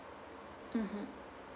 mmhmm